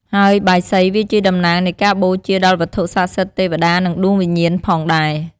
ហើយបាយសី វាជាតំណាងនៃការបូជាដល់វត្ថុស័ក្តិសិទ្ធិ ទេវតា និងដួងវិញ្ញាណផងដែរ។